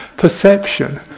perception